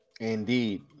Indeed